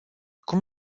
cum